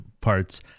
parts